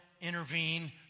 intervene